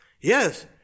yes